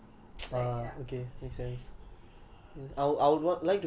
oh ya maybe because from young I've seen her so like ya